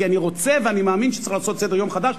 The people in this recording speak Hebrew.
כי אני רוצה ומאמין שצריך לעשות סדר-יום חדש.